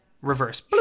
reverse